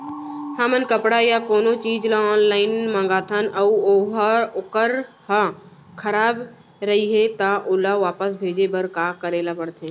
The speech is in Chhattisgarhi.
हमन कपड़ा या कोनो चीज ल ऑनलाइन मँगाथन अऊ वोकर ह खराब रहिये ता ओला वापस भेजे बर का करे ल पढ़थे?